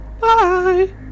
Bye